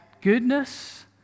goodness